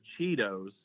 Cheetos